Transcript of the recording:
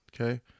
Okay